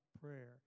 prayer